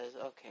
okay